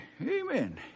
amen